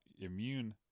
immune